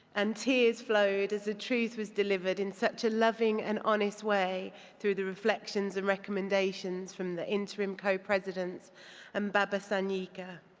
and tears flowed as the truth was delivered in such a loving and honest way through the reflections and recommendations from the interim co-presidents and baba-sani baba-sanika.